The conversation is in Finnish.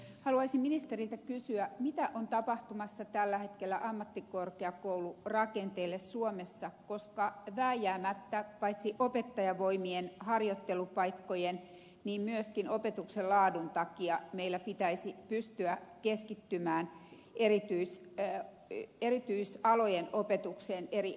haluaisin ministeriltä kysyä mitä on tapahtumassa tällä hetkellä ammattikorkeakoulurakenteelle suomessa koska vääjäämättä paitsi opettajavoimien harjoittelupaikkojen myöskin opetuksen laadun takia meillä pitäisi pystyä keskittämään erityisalojen opetusta eri ammattikorkeakouluihin